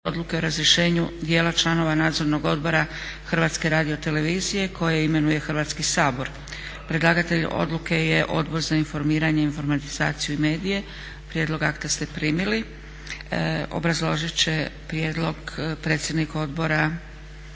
Odluke o razrješenju djela članova Nadzornog odbora Hrvatske radiotelevizije koje imenuje Hrvatski sabor. Predlagatelj odluke je Odbor za informiranje, informatizaciju i medije. Prijedlog akta ste primili. Obrazložit će prijedlog predsjednik Odbora